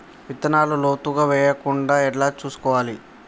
విత్తనాలు లోతుగా వెయ్యకుండా ఎలా చూసుకోవాలి?